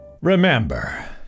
Remember